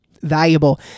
valuable